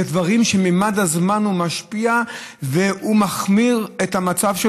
אלה מקרים שבהם ממד הזמן משפיע ומחמיר את המצב,